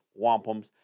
wampums